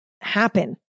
happen